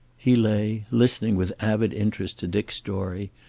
he lay, listening with avid interest to dick's story,